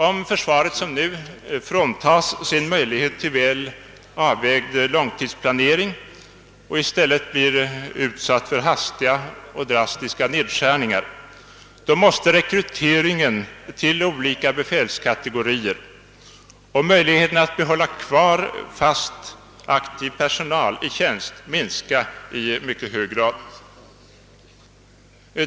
Om försvaret, som nu, fråntas möjligheten till väl avvägd långtidsplanering och i stället blir utsatt för hastiga och drastiska nedskärningar, måste rekryteringen till olika befälskategorier och förutsättningarna att hålla kvar fast aktiv personal i tjänst minska i mycket hög grad.